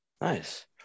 Nice